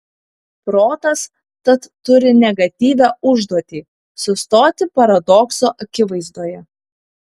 protas tad turi negatyvią užduotį sustoti paradokso akivaizdoje